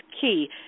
key